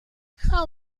how